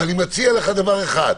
אני מציע לך דבר אחד,